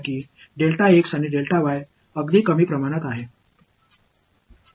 எனவே இந்த மற்றும் மிகச் சிறிய வால்யூம் என்று வைத்துக் கொள்வோம்